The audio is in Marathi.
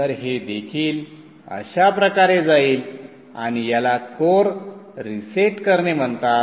तर हे देखील अशा प्रकारे जाईल आणि याला कोअर रीसेट करणे म्हणतात